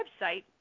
website